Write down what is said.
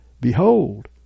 Behold